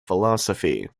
philosophy